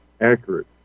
accurate